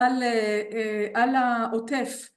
על העוטף.